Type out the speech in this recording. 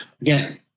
Again